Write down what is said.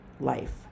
life